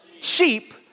Sheep